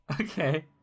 Okay